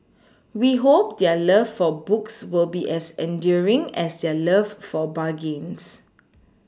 we hope their love for books will be as enduring as their love for bargains